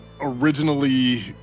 originally